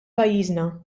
pajjiżna